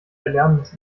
erlernendes